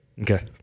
Okay